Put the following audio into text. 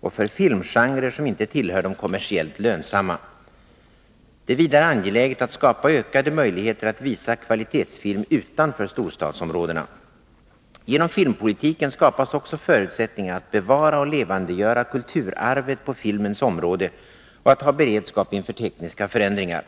och för filmgenrer som inte tillhör de kommersiellt lönsamma. Det är vidare angeläget att skapa ökade möjligheter att visa kvalitetsfilm utanför storstadsområdena. Genom filmpolitiken skapas också förutsättningar att bevara och levandegöra kulturarvet på filmens område och att ha beredskap inför tekniska förändringar.